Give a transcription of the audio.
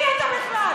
מי אתה בכלל?